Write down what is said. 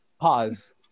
Pause